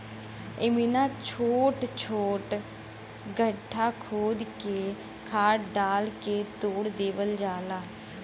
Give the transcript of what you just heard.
इमिना छोट छोट गड्ढा खोद के खाद डाल के छोड़ देवल जाला